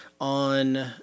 on